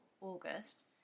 August